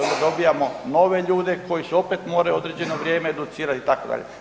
Onda dobivamo nove ljude koji se opet moraju određeno vrijeme educirati itd.